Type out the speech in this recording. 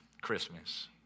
Christmas